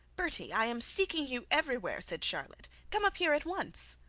bertie, i am seeking you everywhere said charlotte. come up here at once